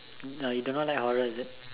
you do not like horror is it